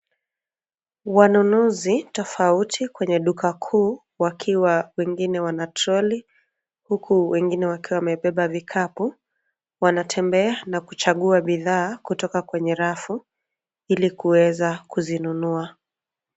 Wanunuzi tofauti kwenye dukakuu; wakiwa wengine wana troli huku wengine wamebeba vikapu, wanatembea na kuchagua bidhaa kutoka kwenye rafu ili kuweza kuzinunua.